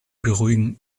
beruhigen